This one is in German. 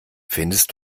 findest